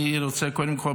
קודם כול,